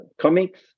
comics